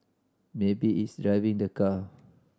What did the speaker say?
maybe it's driving the car